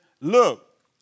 look